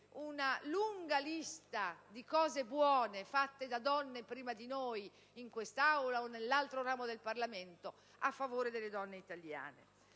una lunga lista di cose buone, fatte da donne prima di noi in quest'Aula o nell'altro ramo del Parlamento a favore delle donne italiane.